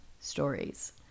stories